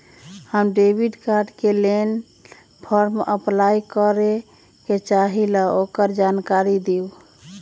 हम debit card के लेल फॉर्म अपलाई करे के चाहीं ल ओकर जानकारी दीउ?